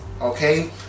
Okay